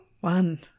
One